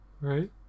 Right